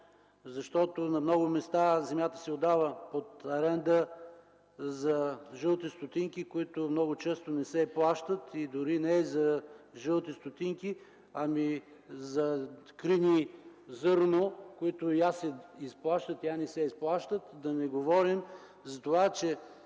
малко. На много места земята се отдава под аренда за жълти стотинки, които много често не се плащат, дори не за жълти стотинки, а за крини зърно, които може да се изплащат, а може и да не се изплащат. Да не говорим за това, че